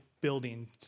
building